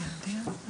הבריאות.